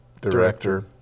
Director